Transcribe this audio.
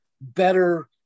better